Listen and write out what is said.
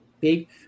big